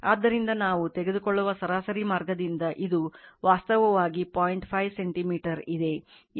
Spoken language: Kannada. ಆದ್ದರಿಂದ ನಾವು ತೆಗೆದುಕೊಳ್ಳುವ ಸರಾಸರಿ ಮಾರ್ಗದಿಂದ ಇದು ವಾಸ್ತವವಾಗಿ 0